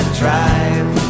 drive